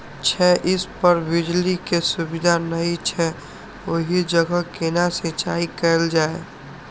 छै इस पर बिजली के सुविधा नहिं छै ओहि जगह केना सिंचाई कायल जाय?